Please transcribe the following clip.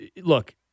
Look